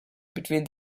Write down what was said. between